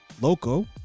Loco